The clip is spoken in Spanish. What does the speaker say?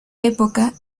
época